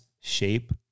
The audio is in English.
shape